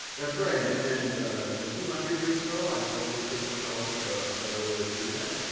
that's right, and and ah two hundred years ago i probably couldn't have come up with a better way of doing that.